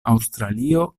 aŭstralio